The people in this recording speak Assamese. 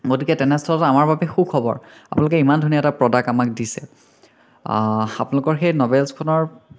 গতিকে তেনে স্থলত আমাৰ বাবে সুখবৰ আপোনালোকে ইমান ধুনীয়া প্ৰডাক্ট এটা আমাক দিছে আপোনালোকৰ সেই নভেলচ্খনৰ